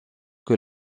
que